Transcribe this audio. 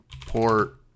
port